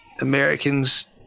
Americans